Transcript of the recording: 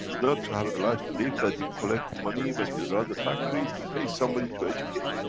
not to have a life to live, that you collect money, when you run the factory to pay somebody to educate.